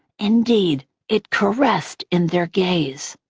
indeed it caressed in their gaze